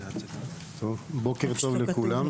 בוקר טוב לכולם.